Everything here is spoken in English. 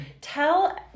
tell